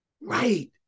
Right